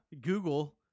Google